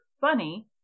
funny